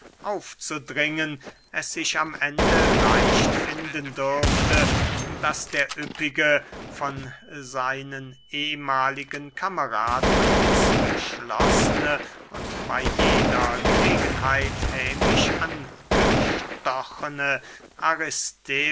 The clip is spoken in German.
aufzudrängen es sich am ende leicht finden dürfte daß der üppige von seinen ehmahligen kameraden ausgeschlossene und bey jeder gelegenheit hämisch angestochene